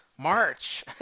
march